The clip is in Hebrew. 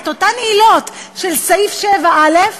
את אותן עילות של סעיף 7א,